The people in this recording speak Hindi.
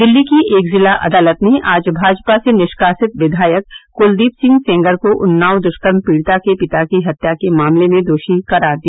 दिल्ली की एक जिला अदालत ने आज भाजपा से निष्कासित विधायक कुलदीप सिंह सेंगर को उन्नाव दुष्कर्म पीड़िता के पिता की हत्या के मामले में दोषी करार दिया